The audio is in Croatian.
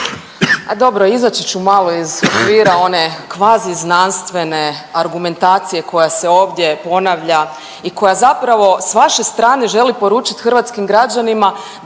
A dobro izaći ću malo iz okvira one kvazi znanstvene argumentacije koja se ovdje ponavlja i koja zapravo s vaše strane želi poručiti hrvatskim građanima da